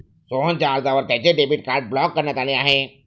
सोहनच्या अर्जावर त्याचे डेबिट कार्ड ब्लॉक करण्यात आले आहे